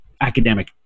academic